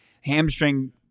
Hamstring